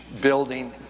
building